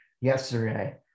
yesterday